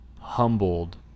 humbled